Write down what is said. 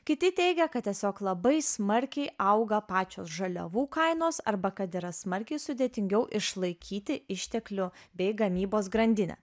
kiti teigia kad tiesiog labai smarkiai auga pačios žaliavų kainos arba kad yra smarkiai sudėtingiau išlaikyti išteklių bei gamybos grandinę